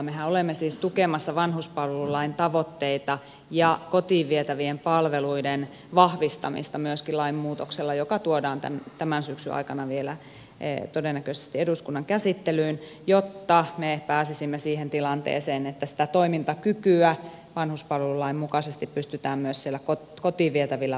mehän olemme siis tukemassa vanhuspalvelulain tavoitteita ja kotiin vietävien palveluiden vahvistamista myöskin lainmuutoksella joka tuodaan todennäköisesti vielä tämän syksyn aikana eduskunnan käsittelyyn jotta me pääsisimme siihen tilanteeseen että sitä toimintakykyä vanhuspalvelulain mukaisesti pystytään myös kotiin vietävillä palveluilla vahvistamaan